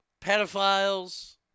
pedophiles